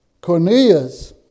Cornelius